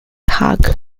hague